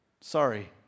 Sorry